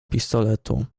pistoletu